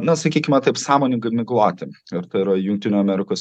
na sakykime taip sąmoningai migloti ir tai yra jungtinių amerikos